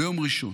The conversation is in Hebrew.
ביום ראשון